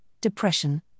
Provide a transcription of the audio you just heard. depression